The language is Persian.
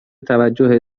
توجه